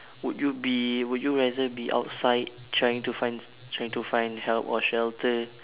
would you be would you rather be outside trying to find trying to find help or shelter